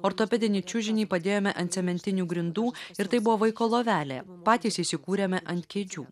ortopedinį čiužinį padėjome ant cementinių grindų ir tai buvo vaiko lovelė patys įsikūrėme ant kėdžių